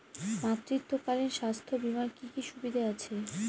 মাতৃত্বকালীন স্বাস্থ্য বীমার কি কি সুবিধে আছে?